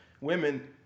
women